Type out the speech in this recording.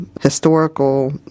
historical